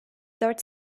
dört